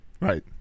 right